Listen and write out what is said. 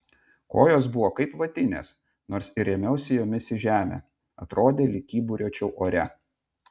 kojos buvo kaip vatinės nors ir rėmiausi jomis į žemę atrodė lyg kyburiuočiau ore